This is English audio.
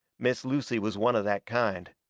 miss lucy was one of that kind.